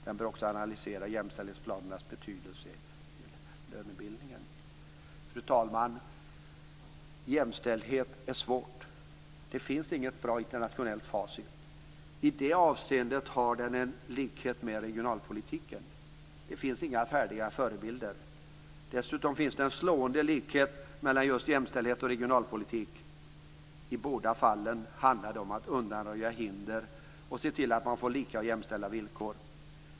Den bör också analysera jämställdhetsplanernas betydelse i lönebildningen. Fru talman! Jämställdhet är svårt. Det finns inget bra internationellt facit. I det avseendet har den likheter med regionalpolitiken. Det finns inga färdiga förebilder. Dessutom finns det en slående likhet mellan just jämställdhet och regionalpolitik: i båda fallen handlar det om att undanröja hinder och se till att man får lika och jämställda villkor.